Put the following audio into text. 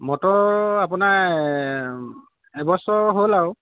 motor আপোনাৰ এবছৰ হ'ল আৰু